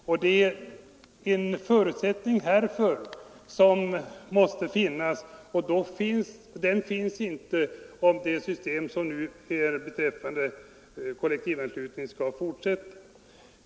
Men det måste finnas en förutsättning härför, och den finns inte om det nuvarande systemet med kollektivanslutning fortsätter.